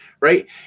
right